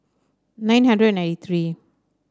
nine hundred and ninety three